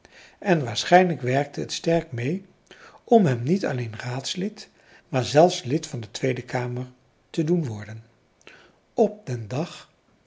en waarschijnlijk werkte het sterk mee om hem niet alleen raadslid maar zelfs lid van de tweede kamer te doen worden op den dag